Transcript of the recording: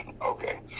Okay